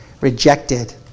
rejected